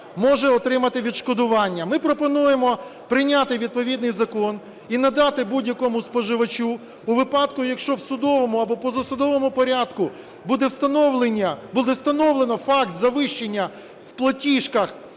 може отримати відшкодування. Ми пропонуємо прийняти відповідний закон і надати будь-якому споживачу у випадку, якщо в судовому або позасудовому порядку буде встановлено факт завищення в платіжках